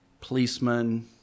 policemen